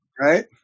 Right